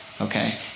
okay